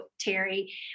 Terry